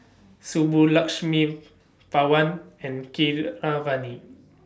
Subbulakshmi Pawan and Keeravani